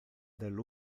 del